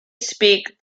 speak